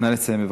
נא לסיים.